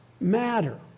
matter